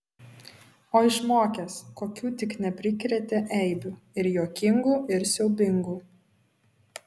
o išmokęs kokių tik neprikrėtė eibių ir juokingų ir siaubingų